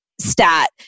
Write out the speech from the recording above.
stat